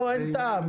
לא, אין טעם.